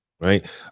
right